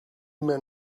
men